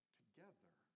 together